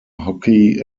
hockey